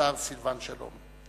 השר סילבן שלום.